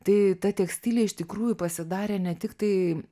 tai ta tekstilė iš tikrųjų pasidarė ne tiktai